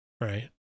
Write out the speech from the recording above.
Right